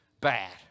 bad